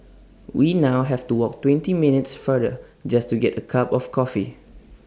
we now have to walk twenty minutes further just to get A cup of coffee